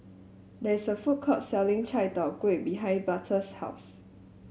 there is a food court selling Chai Tow Kuay behind Butler's house